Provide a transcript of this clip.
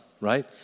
right